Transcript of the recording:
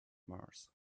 mars